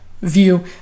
view